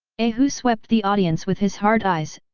a hu swept the audience with his hard eyes,